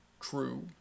true